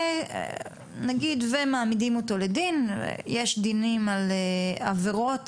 נגיד ומעמידים אותו לדין, יש דינים על עבירות